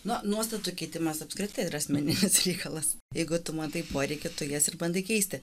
na nuostatų keitimas apskritai yra asmeninis reikalas jeigu tu matai poreikį tu jas ir bandai keisti